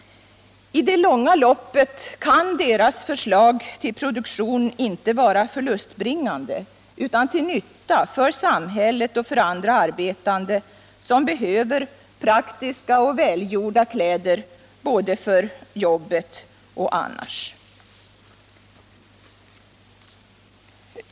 I det långa loppet kan deras förslag till produktion inte vara förlustbringande utan måste vara till nytta för samhället och för andra arbetande som behöver praktiska och välgjorda kläder både i jobbet och annars.